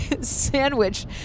sandwich